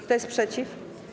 Kto jest przeciw?